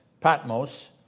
Patmos